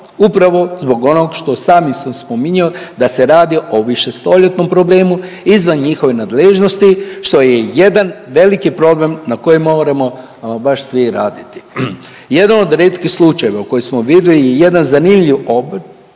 upravo zbog onog što sami sam spominjo da se radi o višestoljetnom problemu izvan njihove nadležnosti što je jedan veliki problem na kojem moramo ama baš svi raditi. Jedan od retkih slučajeva u koji smo vidli je jedan zanimljiv …